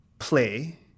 play